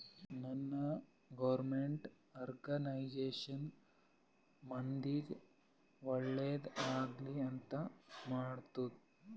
ನಾನ್ government organisation ಮಂದಿಗ್ ಒಳ್ಳೇದ್ ಆಗ್ಲಿ ಅಂತ್ ಮಾಡ್ತುದ್